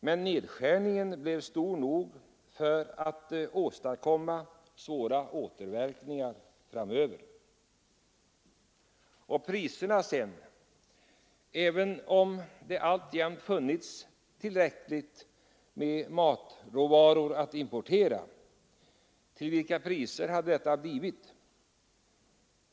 Men nedskärningen blev stor nog att åstadkomma svåra återverkningar framöver. Och priserna sedan! Även om det alltjämt funnits tillräckligt med matråvaror att importera, till vilka priser hade det blivit?